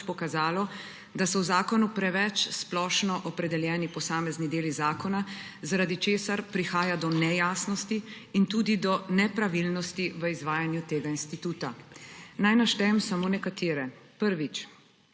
pokazalo, da so v zakonu preveč splošno opredeljeni posamezni deli zakona, zaradi česar prihaja do nejasnosti in tudi do nepravilnosti v izvajanju tega instituta. Naj naštejem samo nekatere. Prvič,